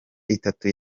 itatu